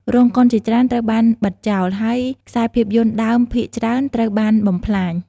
រោងកុនជាច្រើនត្រូវបានបិទចោល ហើយខ្សែភាពយន្តដើមភាគច្រើនត្រូវបានបំផ្លាញ។